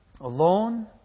Alone